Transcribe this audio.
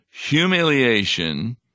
humiliation